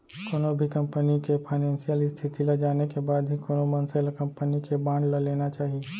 कोनो भी कंपनी के फानेसियल इस्थिति ल जाने के बाद ही कोनो मनसे ल कंपनी के बांड ल लेना चाही